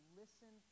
listen